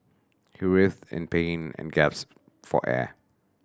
he writhed in pain and for air